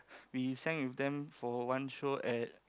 we sang with them for one show at